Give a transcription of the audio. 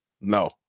No